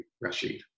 Rashid